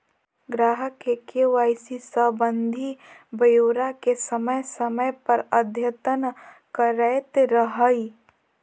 ग्राहक के के.वाई.सी संबंधी ब्योरा के समय समय पर अद्यतन करैयत रहइ